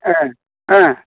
अ अ